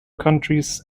countries